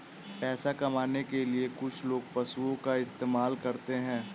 पैसा कमाने के लिए कुछ लोग पशुओं का इस्तेमाल करते हैं